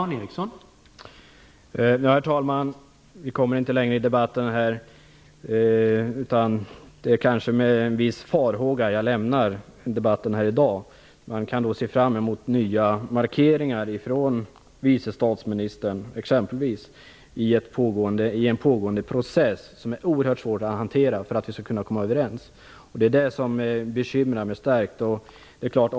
Herr talman! Vi kommer inte längre i debatten. Det är kanske med en viss farhåga jag lämnar debatten här i dag. Man kan se fram emot nya markeringar från vice statsministern, exempelvis i en pågående process som är oerhört svår att hantera för att vi skall kunna komma överens. Det är det som bekymrar mig starkt.